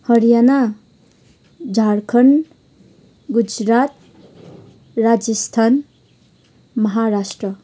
Haryana Jharkhand Gujarat Rajasthan Maharashtra